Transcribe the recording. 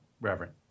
Reverend